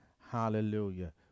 Hallelujah